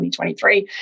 2023